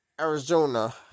Arizona